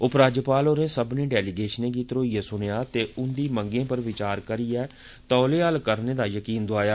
उपराज्यपाल होर सब्बनें डेलीगेशनें गी धरोड़यै सुनेया ते उन्दी मंगें पर विचार करीयै तौले हल करने दा यकीन दोआया